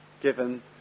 given